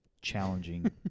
challenging